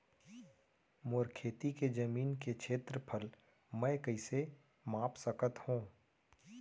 मोर खेती के जमीन के क्षेत्रफल मैं कइसे माप सकत हो?